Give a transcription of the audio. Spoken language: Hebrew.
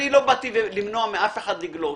אני לא באתי למנוע מאף אחד לגלוש,